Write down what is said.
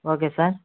okay sir